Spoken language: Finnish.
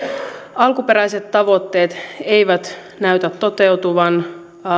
alkuperäiset tavoitteet eivät näytä toteutuvan